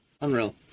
Unreal